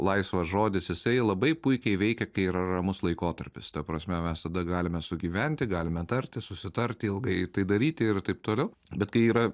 laisvas žodis jisai labai puikiai veikia kai yra ramus laikotarpis ta prasme mes tada galime sugyventi galime tartis susitarti ilgai tai daryti ir taip toliau bet kai yra